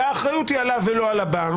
והאחריות היא עליו ולא על הבנק.